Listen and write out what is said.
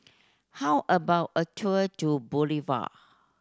how about a tour to Bolivia